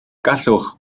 gallwch